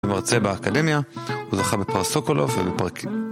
הוא מרצה באקדמיה, הוא זוכה בפרס סוקולוב